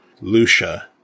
Lucia